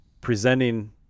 presenting